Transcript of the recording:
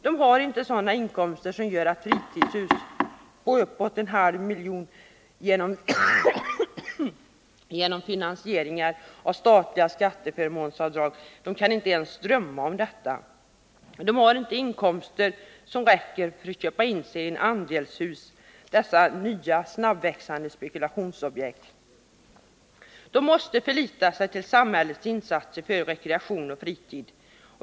De har inkomster som gör att de inte ens kan drömma om fritidshus som kostar uppåt en halv miljon, finansierade genom förmånliga skatteavdrag. De har inte inkomster som räcker för att köpa in sig i ett andelshus — dessa nya, snabbväxande spekulationsobjekt. De måste förlita sig på samhällets insatser för rekreation och fritid.